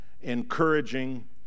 encouraging